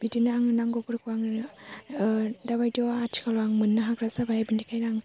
बिदिनो आङो नांगौफोरखौ आङो दाबायदियाव आथिखालाव आं मोननो हाग्रा जाबाय बिनिखायनो आं